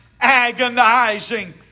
agonizing